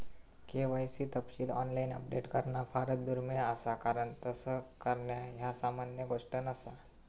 KYC तपशील online update करणा फारच दुर्मिळ असा कारण तस करणा ह्या सामान्य गोष्ट नसा